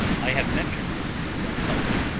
i have mentioned this to van helsing,